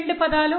rr3 m